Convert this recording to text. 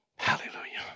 Hallelujah